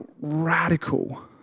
radical